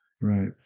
Right